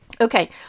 Okay